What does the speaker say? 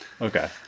Okay